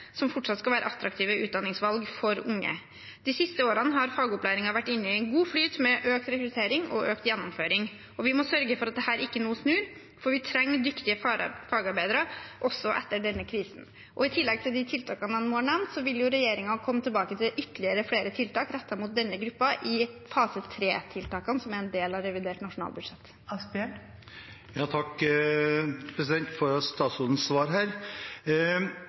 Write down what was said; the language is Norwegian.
som fortsatt skal være attraktive utdanningsvalg for unge. De siste årene har fagopplæringen vært inne i en god flyt med økt rekruttering og økt gjennomføring, og vi må sørge for at dette ikke nå snur, for vi trenger dyktige fagarbeidere også etter denne krisen. I tillegg til tiltakene jeg nå har nevnt, vil regjeringen komme tilbake til ytterligere tiltak mot for denne gruppen i fase 3-tiltakene, som er en del av revidert nasjonalbudsjett. Jeg takker for statsrådens svar.